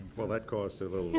well that cause